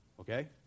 Okay